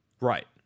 Right